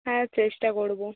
হ্যাঁ চেষ্টা করব